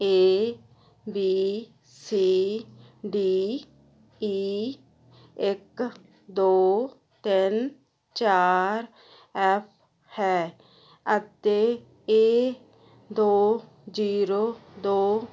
ਏ B C D E ਇੱਕ ਦੋ ਤਿੰਨ ਚਾਰ ਐੱਫ ਹੈ ਅਤੇ ਇਹ ਦੋ ਜੀਰੋ ਦੋ